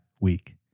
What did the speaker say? week